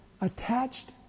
attached